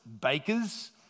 Bakers